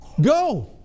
Go